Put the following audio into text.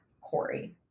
Corey